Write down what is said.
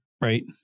right